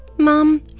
mom